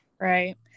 Right